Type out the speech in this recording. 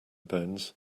bones